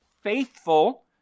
faithful